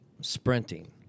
sprinting